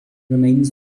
remains